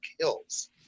kills